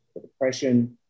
depression